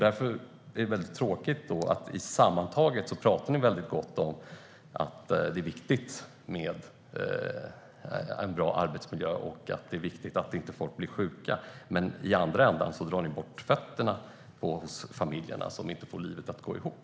Därför är det tråkigt att ni sammantaget pratar väldigt gott om vikten av en bra arbetsmiljö och vikten av att folk inte blir sjuka. Men i andra ändan drar ni undan mattan under fötterna på de familjer som inte får livet att gå ihop.